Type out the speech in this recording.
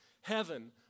Heaven